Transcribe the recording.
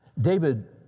David